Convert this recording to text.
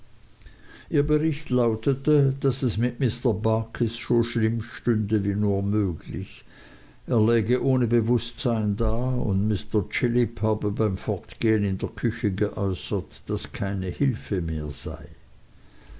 ihr bericht lautete daß es mit mr barkis so schlimm stünde wie nur möglich er läge ohne bewußtsein da und mr chillip habe beim fortgehen in der küche geäußert daß keine hilfe mehr sei